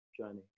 journey